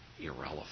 irrelevant